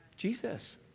Jesus